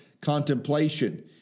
contemplation